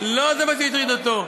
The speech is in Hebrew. לא זה מה שהטריד אותו.